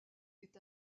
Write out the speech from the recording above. est